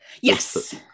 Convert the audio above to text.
yes